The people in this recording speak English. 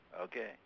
Okay